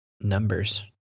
numbers